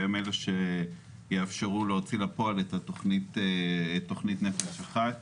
והם אלה שיאפשרו להוציא לפועל את תוכנית "נפש אחת"